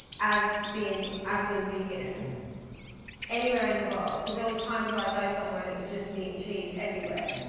as being as being vegan anywhere in the world. cause there was times where i would go somewhere and it was just meat and cheese everywhere.